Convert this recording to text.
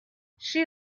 she